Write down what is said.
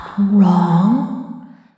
Wrong